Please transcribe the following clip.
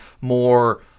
more